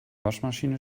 waschmaschine